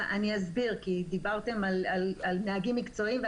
אני אסביר, כי דיברתם על נהגים מקצועיים.